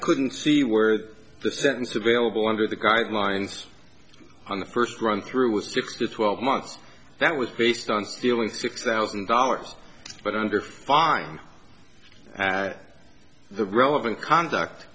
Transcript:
couldn't see where the sentence available under the guidelines on the first run through with fifty to twelve months that was based on stealing six thousand dollars but under fine at the relevant conduct